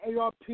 ARP